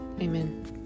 Amen